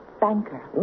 banker